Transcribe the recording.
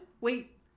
Wait